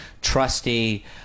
trusty